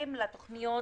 מתייחסים לתוכניות